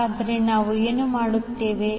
ಹಾಗಾದರೆ ನಾವು ಏನು ಮಾಡುತ್ತೇವೆ